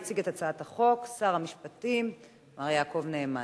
יציג את הצעת החוק שר המשפטים מר יעקב נאמן.